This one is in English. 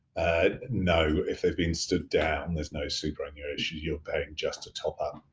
ed no, if they've been stood down, there's no superannuation you're paying just to top up.